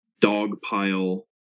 dogpile